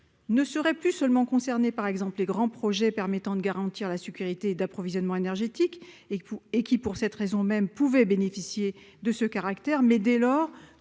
ne seraient plus seulement concernés les grands projets permettant de garantir la sécurité d'approvisionnement énergétique qui, pour cette raison même, pouvaient bénéficier du caractère de RIIPM,